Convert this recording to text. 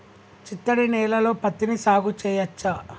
చిత్తడి నేలలో పత్తిని సాగు చేయచ్చా?